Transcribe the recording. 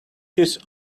his